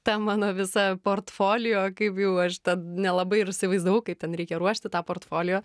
ten mano visą portfolio kaip jau aš tad nelabai ir įsivaizdavau kaip ten reikia ruošti tą portfolio